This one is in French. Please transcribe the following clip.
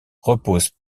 repose